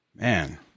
man